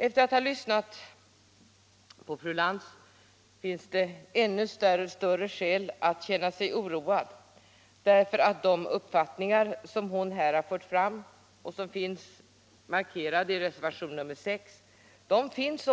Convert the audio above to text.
Efter att nu ha lyssnat till fru Lantz finns det ännu större skäl för mig att känna oro, eftersom de uppfattningar hon här har fört fram, och som finns markerade i reservationen 6, också finns